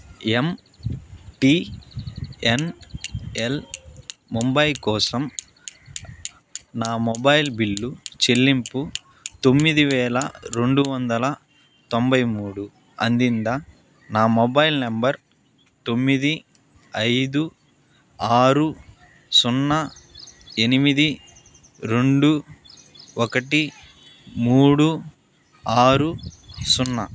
ఎం T N L Mumbai కోసం నా mobile bill చెల్లింపు తొమ్మిది వేల రెండు వందల తొంభై మూడు అందిందా నా మొబైల్ నంబర్ తొమ్మిది ఐదు ఆరు సున్నా ఎనిమిది రెండు ఒకటి మూడు ఆరు సున్నా